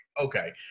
Okay